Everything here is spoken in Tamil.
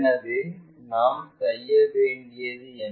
எனவே நாம் செய்ய வேண்டியது என்ன